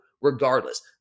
regardless